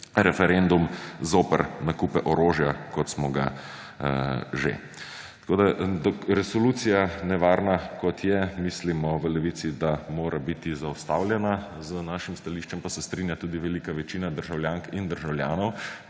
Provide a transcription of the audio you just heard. referendum zoper nakupe orožja, kot smo ga že. Tako resolucija, nevarna kot je, mislimo v Levici, da mora biti zaustavljena. Z našim stališčem pa se strinja tudi velika večina državljank in državljanov,